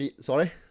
sorry